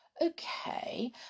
okay